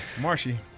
Marshy